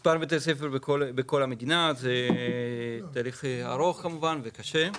ספר, שזה תהליך ארוך וקשה.